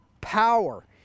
power